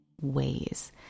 ways